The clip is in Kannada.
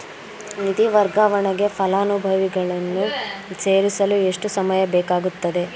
ನಿಧಿ ವರ್ಗಾವಣೆಗೆ ಫಲಾನುಭವಿಗಳನ್ನು ಸೇರಿಸಲು ಎಷ್ಟು ಸಮಯ ಬೇಕಾಗುತ್ತದೆ?